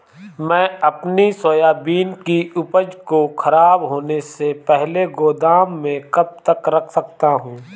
मैं अपनी सोयाबीन की उपज को ख़राब होने से पहले गोदाम में कब तक रख सकता हूँ?